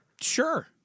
Sure